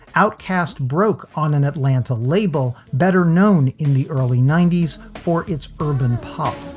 outcaste broke on an atlanta label better known in the early ninety s for its urban pop